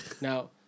Now